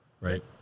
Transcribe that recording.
right